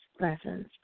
lessons